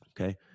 Okay